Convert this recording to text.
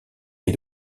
est